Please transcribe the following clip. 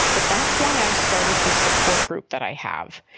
but that's why i started the support group that i have.